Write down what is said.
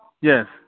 Yes